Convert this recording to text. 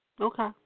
Okay